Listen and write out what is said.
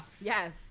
Yes